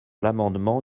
l’amendement